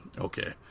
okay